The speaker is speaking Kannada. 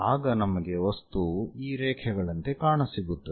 ಆಗ ನಮಗೆ ವಸ್ತುವು ಈ ರೇಖೆಗಳಂತೆ ಕಾಣಸಿಗುತ್ತದೆ